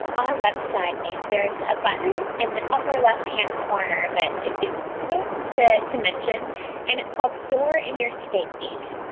our website there is a button in the upper left-hand corner that is so to to mention and it's called for in your state. so,